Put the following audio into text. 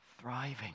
Thriving